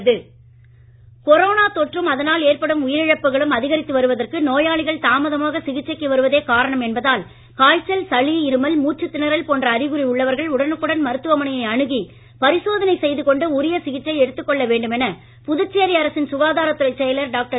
Arun corona தொற்றும் அதனால் ஏற்படும் உயிரிழப்புகளும் அதிகரித்து வருவதற்கு நோயாளிகள் தாமதமாக சிகிச்சைக்கு வருவதே காரணம் என்பதால் காய்ச்சல் சளி இருமல் மூச்சுத் திணறல் போன்ற அறிகுறி உள்ளவர்கள் உடனுக்குடன் மருத்துவ மனையை அணுகிப் பரிசோதனை செய்து கொண்டு உரிய சிகிச்சை எடுத்துக் கொள்ள வேண்டும் என புதுச்சேரி அரசின் சுகாதாரத்துறைச் செயலர் டாக்டர்